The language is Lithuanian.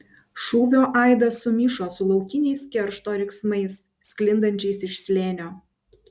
šūvio aidas sumišo su laukiniais keršto riksmais sklindančiais iš slėnio